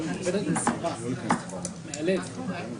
ממתי?